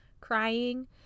crying